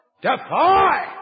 defy